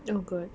oh god